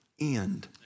end